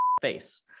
face